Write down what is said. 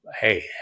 hey